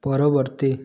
ପରବର୍ତ୍ତୀ